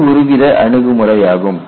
இது ஒருவித அணுகுமுறையாகும்